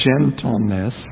gentleness